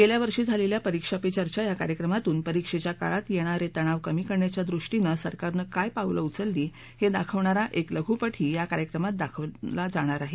गेल्या वर्षी झालेल्या परीक्षा पे चर्चा या कार्यक्रमातून परीक्षेच्या काळात येणार तणाव कमी करण्याच्या दृष्टीनं सरकारनं काय पावलं उचलली हे दाखवणारा एक लघुपटही या कार्यक्रमात दाखवला जाणार आहे